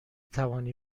توانی